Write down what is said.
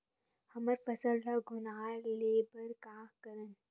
हमर फसल ल घुना ले बर का करन?